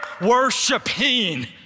worshiping